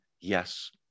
Yes